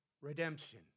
redemption